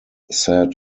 said